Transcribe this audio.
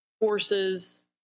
forces